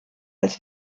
als